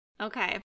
Okay